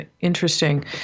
interesting